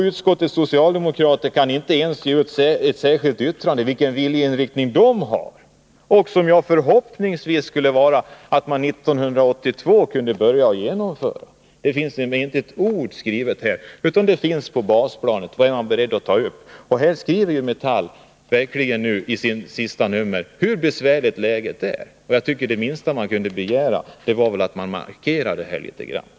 Utskottets socialdemokrater kan inte ens i ett särskilt yttrande ange vilken viljeinriktning de har och att man förhoppningsvis kunde börja genomföra den 1982. Det finns nämligen inte ett ord om detta skrivet här, utan det finns bara på basplanet. Vad är man beredd att ta upp? Metall beskriver verkligen i sitt senaste nummer hur besvärligt läget är. Det minsta man kunde begära tycker jag vore att man här markerade litet grand.